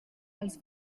els